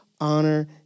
honor